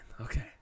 Okay